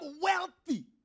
wealthy